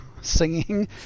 Singing